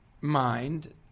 mind